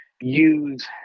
use